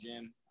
gym